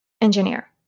engineer